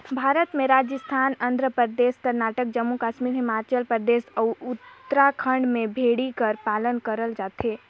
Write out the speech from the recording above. भारत में राजिस्थान, आंध्र परदेस, करनाटक, जम्मू कस्मी हिमाचल परदेस, अउ उत्तराखंड में भेड़ी कर पालन करल जाथे